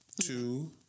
Two